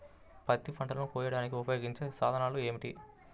పత్తి పంటలను కోయడానికి ఉపయోగించే సాధనాలు ఏమిటీ?